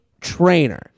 trainer